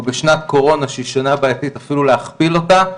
או בשנת קורונה שהיא שנה בעייתית אפילו להכפיל אותה,